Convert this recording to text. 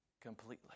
Completely